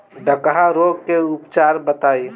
डकहा रोग के उपचार बताई?